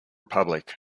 public